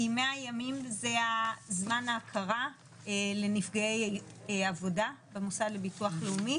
כי 100 ימים זה זמן ההכרה לנפגעי עבודה במוסד לביטוח לאומי